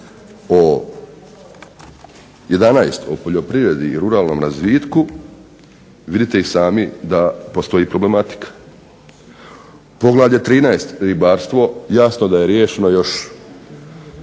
11. o poljoprivredi i ruralnom razvitku vidite i sami da postoji problematika. Poglavlje 13. Ribarstvo jasno da je riješeno još